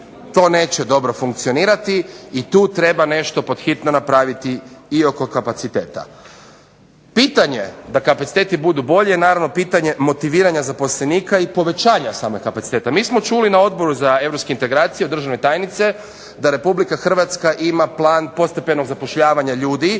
To neće dobro funkcionirati i tu treba nešto pod hitno napraviti i oko kapaciteta. Pitanje da kapaciteti budu bolji je naravno pitanje motiviranja zaposlenika i povećanja samog kapaciteta. Mi smo čuli na Odboru za europske integracije od državne tajnice da Republika Hrvatska ima plan postepenog zapošljavanja ljudi